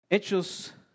Hechos